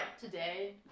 today